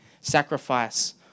sacrifice